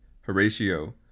Horatio